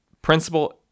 Principal